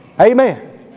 Amen